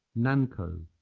nanco.